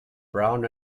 brown